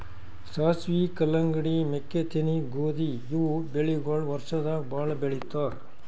ಸಾಸ್ವಿ, ಕಲ್ಲಂಗಡಿ, ಮೆಕ್ಕಿತೆನಿ, ಗೋಧಿ ಇವ್ ಬೆಳಿಗೊಳ್ ವರ್ಷದಾಗ್ ಭಾಳ್ ಬೆಳಿತಾರ್